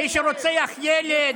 מותר לאנשי ליכוד להפריע?